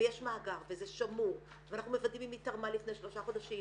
ויש מאגר וזה שמור ואנחנו מוודאים אם היא תרמה לפני שלושה חודשים,